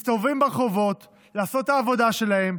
מסתובבים ברחובות לעשות את העבודה שלהם,